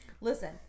Listen